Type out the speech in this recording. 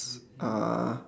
uh